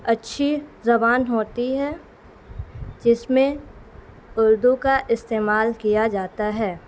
اچھی زبان ہوتی ہے جس میں اردو کا استعمال کیا جاتا ہے